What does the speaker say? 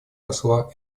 посла